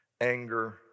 anger